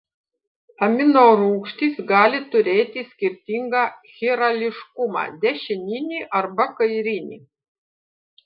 aminorūgštys gali turėti skirtingą chirališkumą dešininį arba kairinį